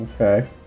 okay